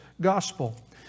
gospel